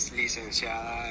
licenciada